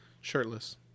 Shirtless